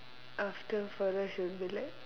after for that she will be like